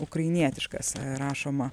ukrainietiškas rašoma